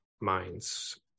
minds